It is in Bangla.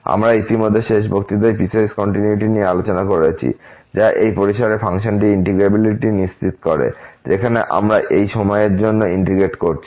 আমরা ইতিমধ্যে শেষ বক্তৃতায় পিসওয়াইস কন্টিনিউয়িটি নিয়ে আলোচনা করেছি যা এই পরিসরে ফাংশনের ইন্টিগ্রেবিলিটি নিশ্চিত করে যেখানে আমরা এই সময়ের জন্য ইন্টিগ্রেট করছি